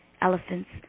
Elephants